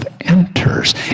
enters